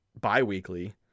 bi-weekly